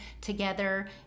together